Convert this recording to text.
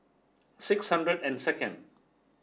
six hundred and second